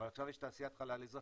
אבל עכשיו יש תעשיית חלל אזרחית.